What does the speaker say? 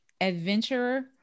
Adventurer